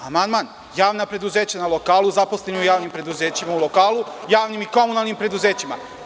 Da, amandman, javna preduzeća na lokalu, zaposleni u javnim preduzećima u lokalu, javnim i komunalnim preduzećima.